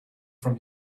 from